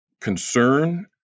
concern